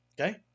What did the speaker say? okay